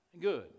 good